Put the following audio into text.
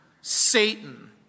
Satan